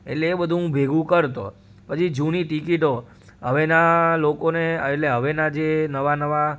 એટલે એ બધું હું ભેગું કરતો પછી જૂની ટિકિટો હવેનાં લોકોને એટલે હવેનાં જે નવા નવા